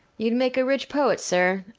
you'd make a rich poet, sir.